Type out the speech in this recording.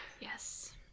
yes